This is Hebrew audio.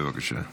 בבקשה.